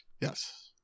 Yes